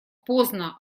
поздно